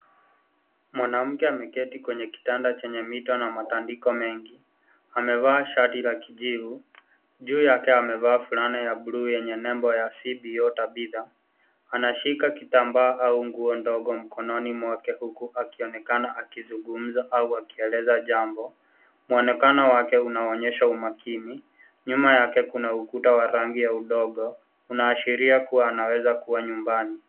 Mwanamke ameketi kwenye kitanda chenye mito na matandiko mengi. Amevaa shati la kijivu. Juu yake amevaa fulana ya buluu yenye nembo ya CBO Tabitha. Anashika kitambaa au nguo ndogo mkononi mwake huku akionekana akizungumza au akieleza jambo. Muonekano wake unaonyesha umakini. Nyuma yake kuna ukuta wa rangi ya udongo. Inaashiria kuwa anaweza kuwa nyumbani.